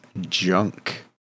junk